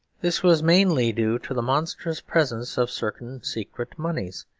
this was mainly due to the monstrous presence of certain secret moneys,